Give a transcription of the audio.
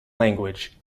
language